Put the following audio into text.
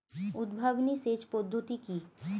উদ্ভাবনী সেচ পদ্ধতি কি?